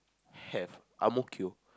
have Ang-Mo-Kio